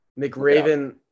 McRaven